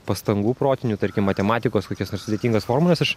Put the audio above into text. pastangų protinių tarkim matematikos kokias nors sudėtingas formules aš